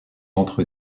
entre